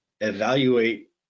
evaluate